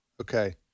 okay